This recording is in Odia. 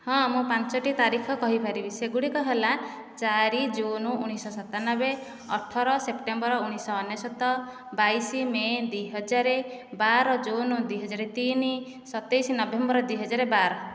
ହଁ ମୁଁ ପାଞ୍ଚଟି ତାରିଖ କହିପାରିବି ସେଗୁଡ଼ିକ ହେଲା ଚାରି ଜୁନ୍ ଉଣେଇଶଶହ ସତାନବେ ଅଠର ସେପ୍ଟେମ୍ବର ଉଣେଇଶଶହ ଅନେଶ୍ଵତ ବାଇଶ ମେ' ଦୁଇହଜାର ବାର ଜୁନ୍ ଦୁଇହଜାର ତିନି ସତେଇଶ ନଭେମ୍ବର ଦୁଇହଜାର ବାର